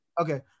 Okay